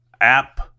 app